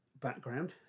background